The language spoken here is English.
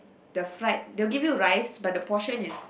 the fried they'll give you rice but the portion is